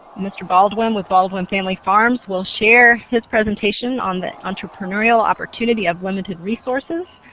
mr. baldwin with baldwin family farms will share his presentation on the entrepreneurial opportunity of limited resources.